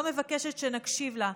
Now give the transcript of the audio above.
לא מבקשת שנקשיב לה.